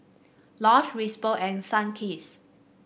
Lush Whisper and Sunkist